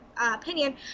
opinion